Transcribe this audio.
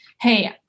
hey